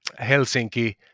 Helsinki